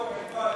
הרשימה סגורה.